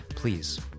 Please